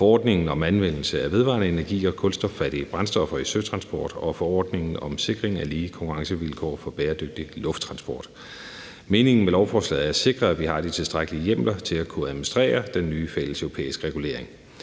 forordningen om anvendelse af vedvarende energi og kulstoffattige brændstoffer i søtransport og forordningen om sikring af lige konkurrencevilkår for bæredygtig lufttransport. Meningen med lovforslaget er at sikre, at vi har de tilstrækkelige hjemler til at kunne administrere den nye fælleseuropæiske regulering.